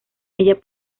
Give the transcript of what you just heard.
ella